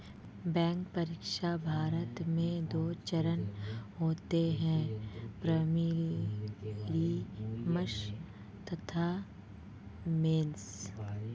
bank परीक्षा, भारत में दो चरण होते हैं प्रीलिम्स तथा मेंस